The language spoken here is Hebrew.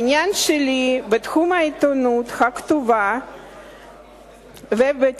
העניין שלי בתחום העיתונות הכתובה ובתקשורת